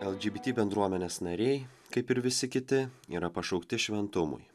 lgbt bendruomenės nariai kaip ir visi kiti yra pašaukti šventumui